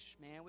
Man